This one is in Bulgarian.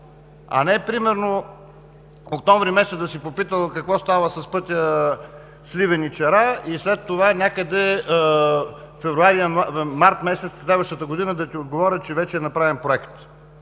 а не, примерно октомври месец да си попитал какво става с пътя Сливен – Ичера и след това някъде март месец следващата година да ти отговорят, че вече е направен проект.